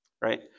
right